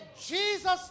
Jesus